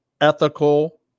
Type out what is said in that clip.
ethical